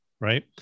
Right